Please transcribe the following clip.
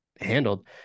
handled